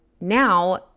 now